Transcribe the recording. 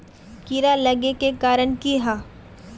कीड़ा लागे के कारण की हाँ?